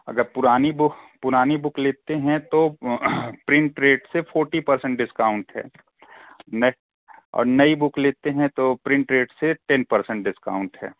अगर पुरानी बुक पुरानी बुक लेते हैं तो प्रिन्ट रेट से फॉर्टी पर्सेन्ट डिस्काउंट है नए और नई बुक लेते हैं तो प्रिन्ट रेट से टेन पर्सेन्ट डिस्काउंट है